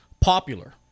Popular